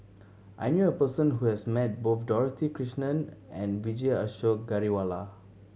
I knew a person who has met both Dorothy Krishnan and Vijesh Ashok Ghariwala